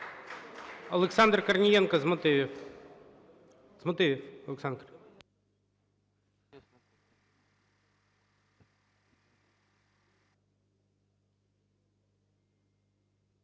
Олександр Корнієнко з мотивів.